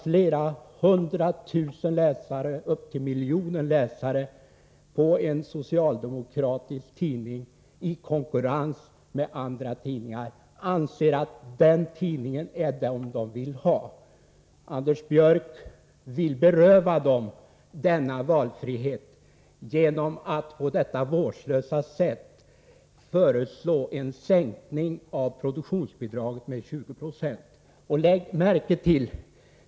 Flera hundratusen läsare väljer en socialdemokratisk tidning i konkurrens med andra tidningar. De anser att det är den tidning som de vill ha. Anders Björck vill beröva dessa läsare denna valfrihet genom att på detta vårdslösa sätt föreslå en sänkning av produktionsbidraget med 20 96.